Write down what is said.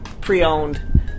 pre-owned